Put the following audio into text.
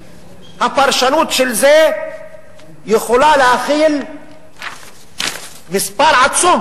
הפרשנות של זה יכולה להכיל מספר עצום,